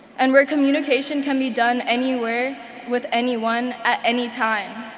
and where communication can be done anywhere with anyone at any time.